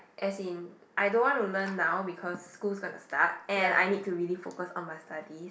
as in I don't wanna learn now because school is gonna start and I need to really focus on my studies